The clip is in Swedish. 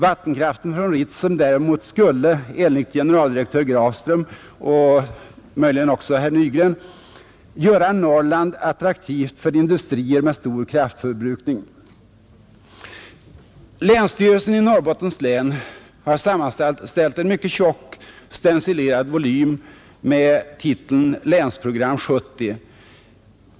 Vattenkraften från Ritsem däremot skulle enligt generaldirektör Grafström och möjligen också herr Nygren ”göra Norrland attraktivt för industrier med stor kraftförbrukning”. Länsstyrelsen i Norrbottens län har sammanställt en mycket tjock stencilerad volym med titeln Länsprogram 70.